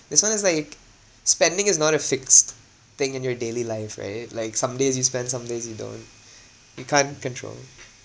this [one] is like spending is not a fixed thing in your daily life right like some days you spend some days you don't you can't control